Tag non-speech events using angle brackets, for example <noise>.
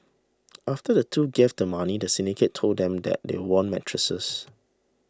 <noise> after the two gave the money the syndicate told them that they won mattresses